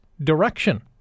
direction